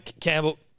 Campbell